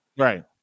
Right